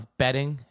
betting